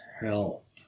help